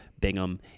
Bingham